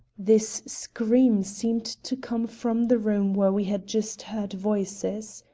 this scream seemed to come from the room where we had just heard voices.